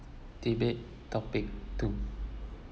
debate topic two